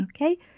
Okay